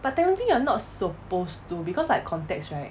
but technically you're not supposed to because like contacts right